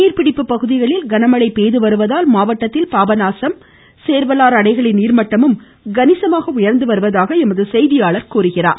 நீர் பிடிப்பு பகுதிகளில் கனமழை பெய்துவருவதால் மாவட்டத்தில் பாபநாசம் சேர்வலாறு அணைகளின் நீர்மட்டமும் கணிசமாக உயர்ந்து வருவதாக எமது செய்தியாளர் திருமலைக்குமார் தெரிவிக்கிறார்